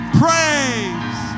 praise